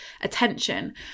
attention